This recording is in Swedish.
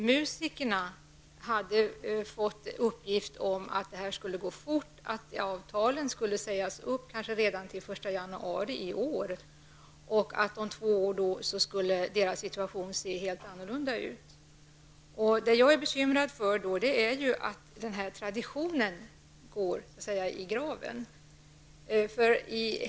Musikerna hade fått uppgift om att det skulle gå fort och att avtalen kanske skulle sägas upp redan till den 1 januari i år. Om två år skulle deras situation se helt annorlunda ut. Jag är bekymrad över att den här traditionen går i graven.